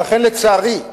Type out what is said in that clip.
ולכן, לצערי,